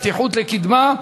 פתיחות לקדמה,